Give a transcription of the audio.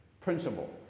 principle